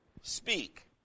speak